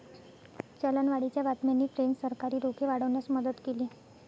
चलनवाढीच्या बातम्यांनी फ्रेंच सरकारी रोखे वाढवण्यास मदत केली